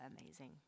amazing